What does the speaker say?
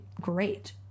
great